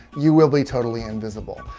you will be totally invisible.